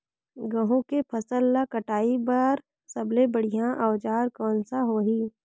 गहूं के फसल ला कटाई बार सबले बढ़िया औजार कोन सा होही?